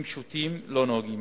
"אם שותים, לא נוהגים".